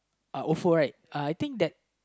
uh ofo right I think that